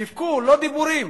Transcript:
שיווקו, לא דיבורים.